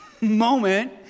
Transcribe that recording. moment